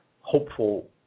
hopeful